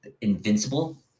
Invincible